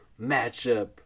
matchup